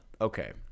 okay